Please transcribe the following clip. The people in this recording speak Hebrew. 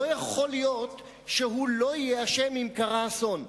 לא יכול להיות שהוא לא יהיה אשם אם קרה אסון.